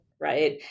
right